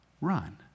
run